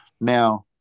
Now